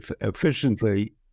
efficiently